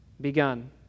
begun